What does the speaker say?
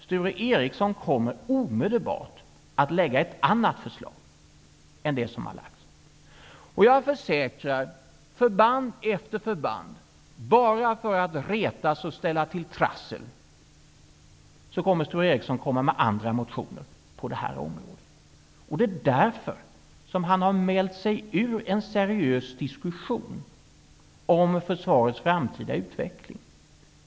Sture Ericson kommer omedelbart att lägga fram ett annat förslag. Jag försäkrar att han kommer att komma med andra motioner på det här området när det gäller förband efter förband bara för att retas och ställa till trassel. Därför har han mält sig ur en seriös diskussion om försvarets framtida utveckling.